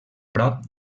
prop